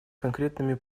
конкретными